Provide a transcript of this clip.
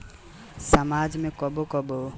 समाज में कबो कबो आदमी आपन टैक्स ना चूका पावत रहे